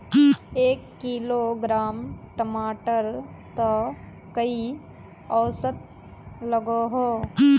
एक किलोग्राम टमाटर त कई औसत लागोहो?